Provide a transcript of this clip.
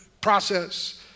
process